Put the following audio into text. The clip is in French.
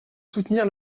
soutenir